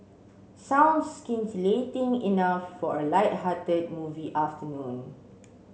sounds scintillating enough for a lighthearted movie afternoon